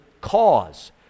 cause